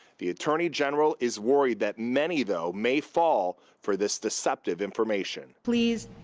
the attorney general is worried that many, though, may fall for this deceptive information. please,